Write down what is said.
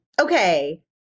Okay